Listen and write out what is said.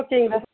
ஓகேங்க